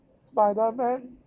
Spider-Man